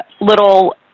little